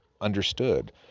understood